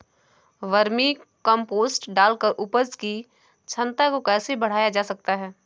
Vermi compost डालकर उपज की क्षमता को कैसे बढ़ाया जा सकता है?